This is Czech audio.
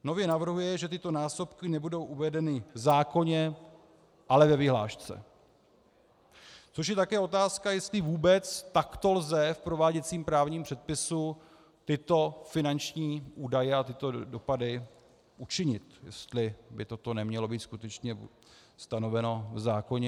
Nově navrhuje, že tyto násobky nebudou uvedeny v zákoně, ale ve vyhlášce, což je taky otázka, jestli vůbec takto lze v prováděcím právním předpisu tyto finanční údaje a tyto dopady učinit, jestli by toto nemělo být skutečně stanoveno v zákoně.